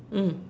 mm